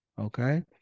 Okay